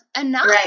enough